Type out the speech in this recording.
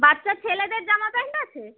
বাচ্চা ছেলেদের জামা প্যান্ট আছে